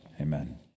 Amen